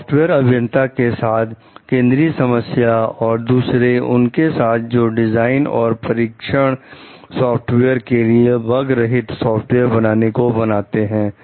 software अभियंता के साथ केंद्रीय समस्या और दूसरे उनके साथ जो डिजाइन और परीक्षण सॉफ्टवेयर के लिए बग रहित सॉफ्टवेयर को बनाते हैं